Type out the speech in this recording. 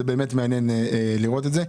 זה באמת מעניין לראות את זה.